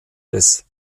des